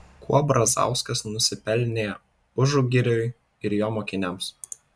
kuo brazauskas nusipelnė užugiriui ir jo mokiniams